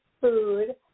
food